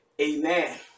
Amen